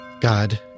god